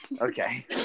Okay